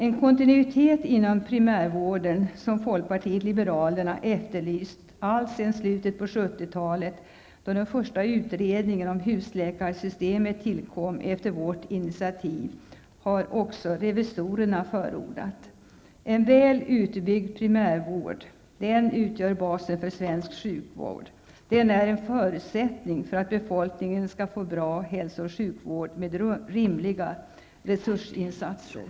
En kontinuitet inom primärvården, som folkpartiet liberalerna efterlyst alltsedan slutet av 70-talet, då den första utredningen om husläkarsystemet tillkom på vårt initiativ, har också revisorerna förordat. En väl utbyggd primärvård utgör basen för svensk sjukvård. Den är en förutsättning för att befolkningen skall få bra hälso och sjukvård med rimliga resursinsatser.